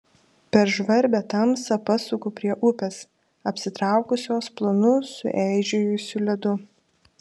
per žvarbią tamsą pasuku prie upės apsitraukusios plonu sueižėjusiu ledu